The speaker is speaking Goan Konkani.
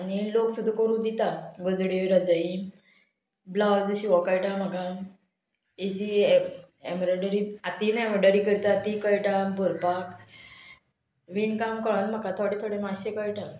आनी लोक सुद्दां करू दिता गजड्यो रजाई ब्लावज शिवो कळटा म्हाका ही जी एम एम्ब्रॉयडरी हातीन एम्ब्रॉयडरी करता ती कळटा भरपाक विणकाम कळोन म्हाका थोडे थोडे मातशे कळटा